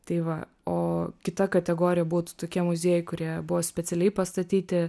tai va o kita kategorija būtų tokie muziejai kurie buvo specialiai pastatyti